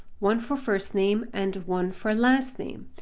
one for first name and one for last name.